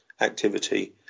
activity